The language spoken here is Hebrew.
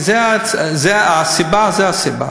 זו הסיבה.